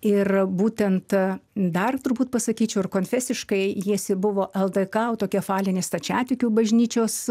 ir būtent dar turbūt pasakyčiau ir konfesiškai jis ir buvo ldk autokefalinės stačiatikių bažnyčios